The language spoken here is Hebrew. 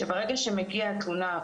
שברגע שמגיעה התלונה,